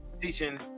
teaching